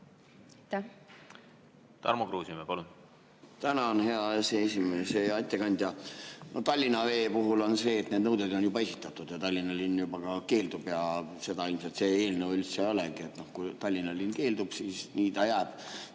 Tarmo Kruusimäe, palun! Tänan, hea aseesimees! Hea ettekandja! Tallinna Vee puhul on see, et need nõuded on juba esitatud ja Tallinna linn juba ka keeldub. Seda ilmselt üldse ei olegi. Kui Tallinna linn keeldub, siis nii ta jääb.